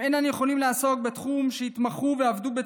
הם אינם יכולים לעסוק בתחום שהתמחו ועבדו בו